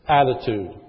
attitude